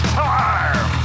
time